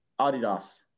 Adidas